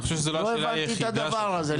לא הבנתי את הדבר הזה.